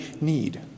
need